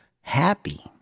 happy